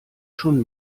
schon